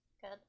Good